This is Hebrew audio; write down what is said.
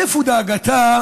איפה דאגתה